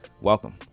welcome